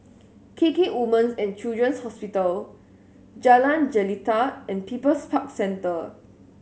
KK Women's And Children's Hospital Jalan Jelita and People's Park Centre